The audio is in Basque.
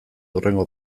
hurrengo